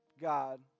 God